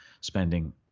spending